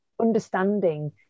understanding